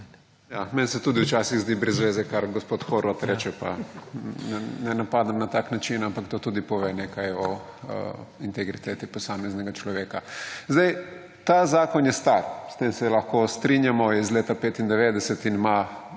Meni se tudi včasih zdi brez zveze, kar gospod Horvat reče, pa ne napadem na tak način, ampak to tudi pove nekaj o integriteti posameznega človeka. Ta zakon je star, s tem se lahko strinjamo, je iz leta 1995 in ima